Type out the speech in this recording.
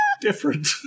different